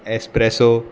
espresso